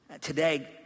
today